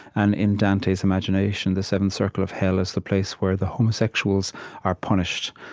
and in dante's imagination, the seventh circle of hell is the place where the homosexuals are punished.